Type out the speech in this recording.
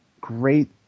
great